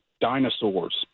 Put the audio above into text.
dinosaurs